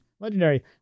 legendary